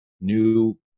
new